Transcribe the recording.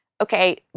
okay